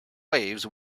waves